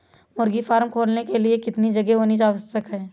मुर्गी फार्म खोलने के लिए कितनी जगह होनी आवश्यक है?